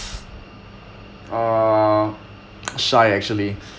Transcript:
uh shy actually